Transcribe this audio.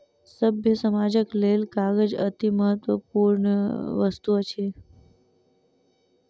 सभ्य समाजक लेल कागज अतिमहत्वपूर्ण वस्तु अछि